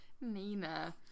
Nina